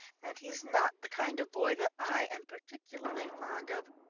and he's not the kind of boy that i am particularly fond of.